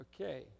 Okay